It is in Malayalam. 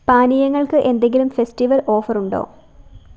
പാനീയങ്ങൾക്ക് എന്തെങ്കിലും ഫെസ്റ്റിവൽ ഓഫർ ഉണ്ടോ